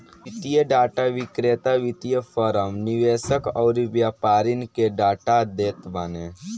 वित्तीय डाटा विक्रेता वित्तीय फ़रम, निवेशक अउरी व्यापारिन के डाटा देत बाने